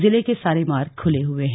जिले के सारे मार्ग खुले हुए हैं